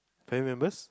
family members